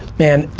man,